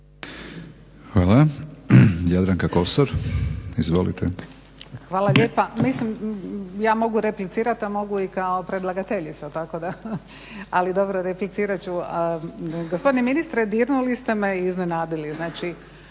Jadranka (Nezavisni)** Hvala lijepa. Mislim ja mogu replicirati, a mogu i kao predlagateljica tako da, ali dobro replicirat ću. Gospodine ministre dirnuli ste me i iznenadili.